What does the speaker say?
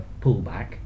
pullback